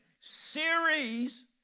series